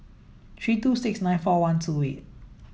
three two six nine four one two eight